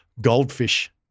goldfish